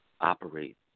operate